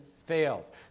Fails